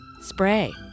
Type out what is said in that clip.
Spray